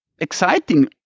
exciting